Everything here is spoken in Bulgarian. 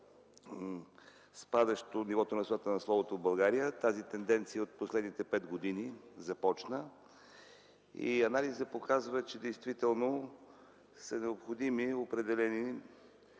спадащо нивото на свободата на словото в България. Тази тенденция започна през последните пет години. Анализът показва, че действително са необходими определено